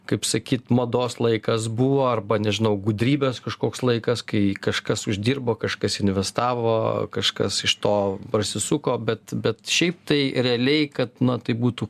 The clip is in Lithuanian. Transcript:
kaip sakyt mados laikas buvo arba nežinau gudrybės kažkoks laikas kai kažkas uždirbo kažkas investavo kažkas iš to prasisuko bet bet šiaip tai realiai kad tai būtų